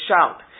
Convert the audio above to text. shout